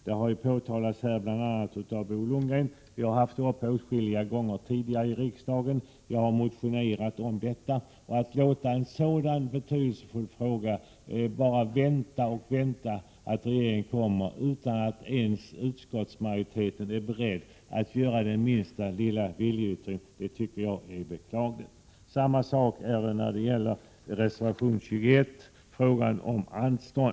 Bo Lundgren har nämnt några fall. Vi har även åtskilliga gånger tidigare tagit upp sådana exempel i riksdagen. Jag har också motionerat om detta. Regeringen bara dröjer med att komma med förslag i denna betydelsefulla fråga. Utskottsmajoriteten är inte ens beredd att göra den minsta lilla viljeyttring. Detta tycker jag är beklagligt. Samma sak gäller beträffande reservation 21, som avser frågan om anstånd.